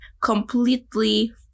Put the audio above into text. completely